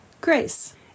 grace